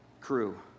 crew